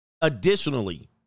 Additionally